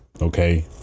Okay